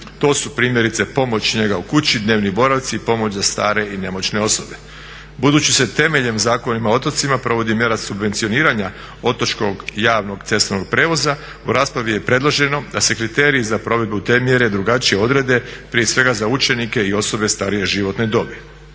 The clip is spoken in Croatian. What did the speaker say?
To su primjerice pomoć i njega u kući, dnevni boravci, pomoć za stare i nemoćne osobe. Budući se temeljem Zakona o otocima provodi mjera subvencioniranja otočkog javnog cestovnog prijevoza u raspravi je predloženo da se kriterij za provedbu te mjere drugačije odrede prije svega za učenike i osobe starije životne dobi.